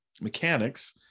mechanics